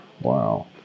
Wow